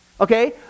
okay